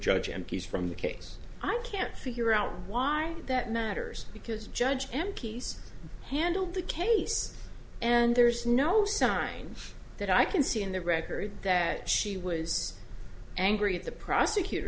judge m p s from the case i can't figure out why that matters because judge m p s handled the case and there's no sign that i can see in the record that she was angry at the prosecutor